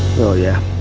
oh yeah.